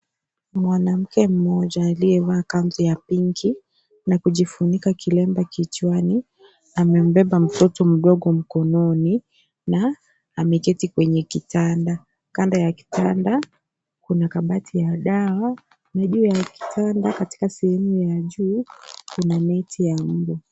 Mwanamke mmoja, aliyevaa kanzu ya pinki na kujifunika kilemba kichwani, amembeba mtoto mdogo mkononi na ameketi kwenye kitanda. Kando ya kitanda, kuna kabati ya dawa na juu ya kitanda katika sehemu ya juu, kuna neti ya mbu.